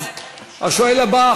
אז השואל הבא,